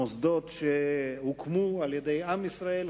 מוסדות שהוקמו על-ידי עם ישראל,